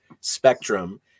spectrum